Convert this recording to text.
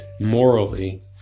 morally